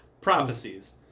prophecies